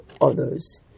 others